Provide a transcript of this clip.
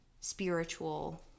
spiritual